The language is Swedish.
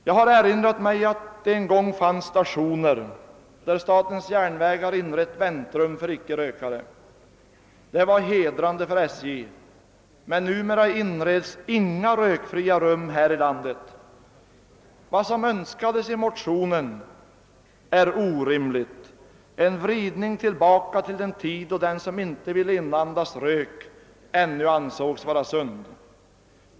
Jag erinrar mig också att det en gång fanns stationer där SJ inrett väntrum för icke rökare. Detta var hedrande för SJ, men numera inreds inga rökfria rum i vårt land. Vad som önskades i motionen är orimligt — ett steg tillbaka till en tid när den som icke ville inandas rök ännu ansågs vara sund.